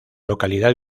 localidad